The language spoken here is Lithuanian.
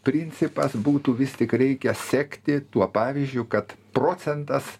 principas būtų vis tik reikia sekti tuo pavyzdžiu kad procentas